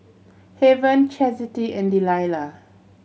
Haven Chasity and Delilah